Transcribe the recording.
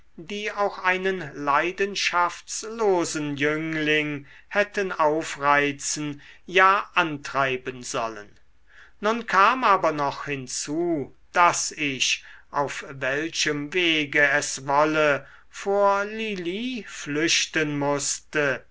die auch einen leidenschaftslosen jüngling hätten aufreizen ja antreiben sollen nun kam aber noch hinzu daß ich auf welchem wege es wolle vor lili flüchten mußte